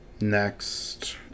Next